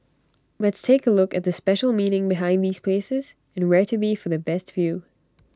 let's take A look at the special meaning behind these places and where to be for the best view